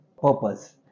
Purpose